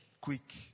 quick